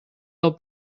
del